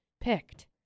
picked